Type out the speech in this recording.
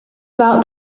about